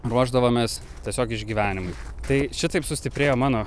ruošdavomės tiesiog išgyvenimui tai šitaip sustiprėjo mano